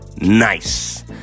nice